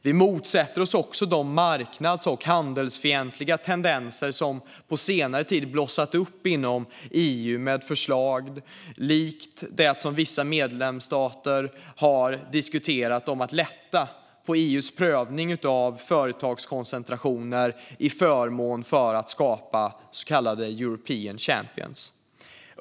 Vi motsätter oss också de marknads och handelsfientliga tendenser som på senare tid blossat upp inom EU med förslag som det som vissa medlemsstater har diskuterat, om att lätta på EU:s prövning av företagskoncentrationer för att skapa så kallade European champions.